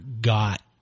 got